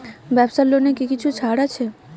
ব্যাবসার লোনে কি কিছু ছাড় আছে?